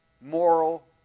moral